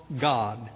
God